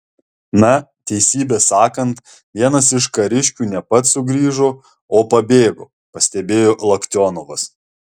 na teisybę sakant vienas iš kariškių ne pats sugrįžo o pabėgo pastebėjo loktionovas